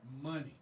money